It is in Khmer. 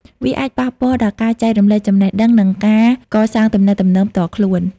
វាអាចប៉ះពាល់ដល់ការចែករំលែកចំណេះដឹង និងការកសាងទំនាក់ទំនងផ្ទាល់ខ្លួន។